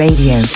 Radio